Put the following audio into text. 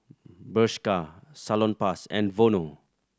Bershka Salonpas and Vono